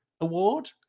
award